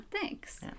Thanks